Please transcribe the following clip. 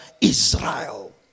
Israel